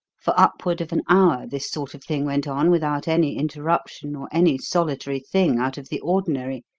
for upward of an hour this sort of thing went on without any interruption or any solitary thing out of the ordinary,